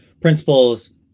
principles